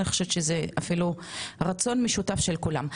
אני חושבת שזה אפילו רצון משותף של כולם.